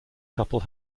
couple